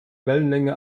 wellenlänge